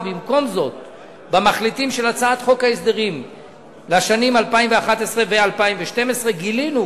ובמקום זאת ב"מחליטים" של הצעת חוק ההסדרים לשנים 2011 ו-2012 גילינו